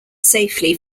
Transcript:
safely